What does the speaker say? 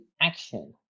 action